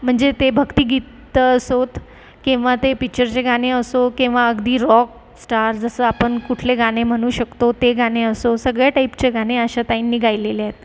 म्हणजे ते भक्तिगीतं असोत किंवा ते पिच्चरचे गाणे असो किंवा अगदी रॉकस्टार जसं आपण कुठले गाणे म्हणू शकतो ते गाणे असो सगळ्या टाईपचे गाणे आशाताईंनी गायलेले आहेत